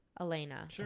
Elena